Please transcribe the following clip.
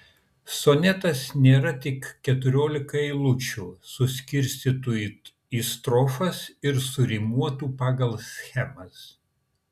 sonetas nėra tik keturiolika eilučių suskirstytų į strofas ir surimuotų pagal schemas